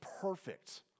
perfect